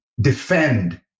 defend